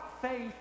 faith